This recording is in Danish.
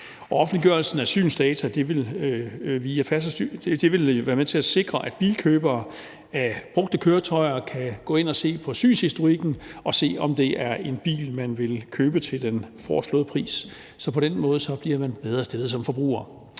Offentliggørelsen af synsdata vil være med til at sikre, at købere af brugte køretøjer kan gå ind og se på synshistorikken og se, om det er en bil, man vil købe til den foreslåede pris. Så på den måde bliver man bedre stillet som forbruger.